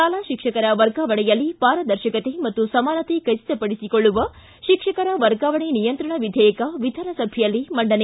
ಶಾಲಾ ಶಿಕ್ಷಕರ ವರ್ಗಾವಣೆಯಲ್ಲಿ ಪಾರದರ್ಶಕತೆ ಮತ್ತು ಸಮಾನತೆ ಖಚಿತಪಡಿಸಿಕೊಳ್ಳುವ ಶಿಕ್ಷಕರ ವರ್ಗಾವಣೆ ನಿಯಂತ್ರಣ ವಿಧೇಯಕ ವಿಧಾನಸಭೆಯಲ್ಲಿ ಮಂಡನೆ